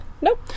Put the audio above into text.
Nope